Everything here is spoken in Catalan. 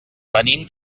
venim